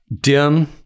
Dim